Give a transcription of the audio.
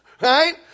Right